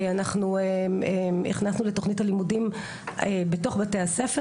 אנחנו הכנסנו לתוכנית הלימודים בתוך בתי הספר,